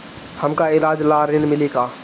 हमका ईलाज ला ऋण मिली का?